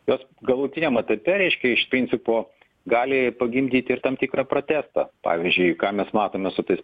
jos galutiniam etape reiškia iš principo gali pagimdyti ir tam tikrą protestą pavyzdžiui ką mes matome su tais